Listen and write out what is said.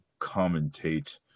commentate